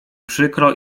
przykro